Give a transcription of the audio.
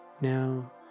now